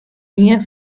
ien